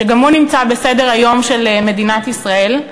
שגם הוא נמצא בסדר-היום של מדינת ישראל,